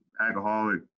alcoholic